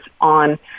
on